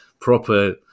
proper